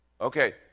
okay